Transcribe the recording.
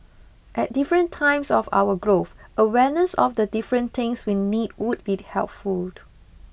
at different times of our growth awareness of the different things we need would be helpful